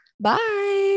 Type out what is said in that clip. Bye